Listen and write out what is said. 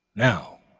now,